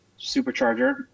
supercharger